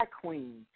queen